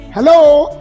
Hello